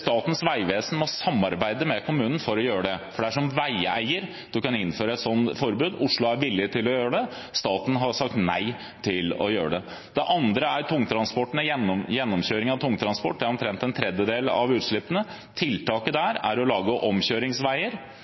å gjøre det, for det er som veieier man kan innføre et slikt forbud. Oslo er villig til å gjøre det. Staten har sagt nei til å gjøre det. Den andre er gjennomkjøring av tungtransport – det utgjør omtrent en tredjedel av utslippene. Tiltaket her er å lage omkjøringsveier.